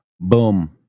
Boom